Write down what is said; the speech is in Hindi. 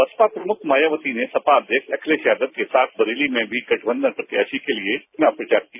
बसपा प्रमुख मायावती ने सपा अध्यक्ष अखिलेश यादव के साथ बरेली मेंभी गठबंधन प्रत्याशी के लिए चुनाव प्रचार किया